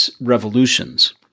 revolutions